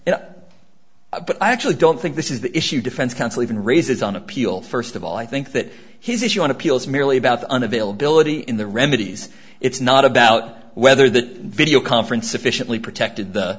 it up but i actually don't think this is the issue defense counsel even raises on appeal first of all i think that his issue on appeal is merely about the un availability in the remedies it's not about whether the video conference efficiently protected the